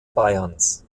bayerns